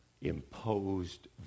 imposed